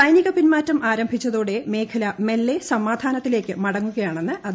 സൈനിക പിന്മാറ്റം ആരംഭിച്ചതോടെ മേഖല മെല്ലെ സമാധാനത്തിലേക്ക് മടങ്ങുകയാണെന്ന് അദ്ദേഹം പറഞ്ഞു